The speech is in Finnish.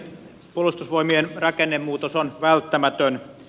puolustusvoimien rakennemuutos on välttämätön